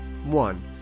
One